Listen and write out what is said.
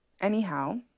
anyhow